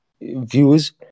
views